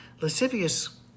Lascivious